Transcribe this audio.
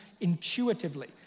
intuitively